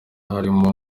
harimo